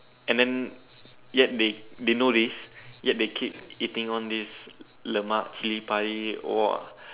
and then yet they they know this yet they keep eating all these lemak chili padi !wah!